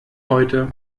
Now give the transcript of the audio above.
heute